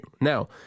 Now